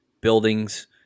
buildings